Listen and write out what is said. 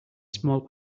small